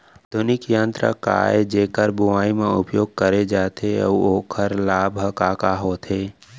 आधुनिक यंत्र का ए जेकर बुवाई म उपयोग करे जाथे अऊ ओखर लाभ ह का का होथे?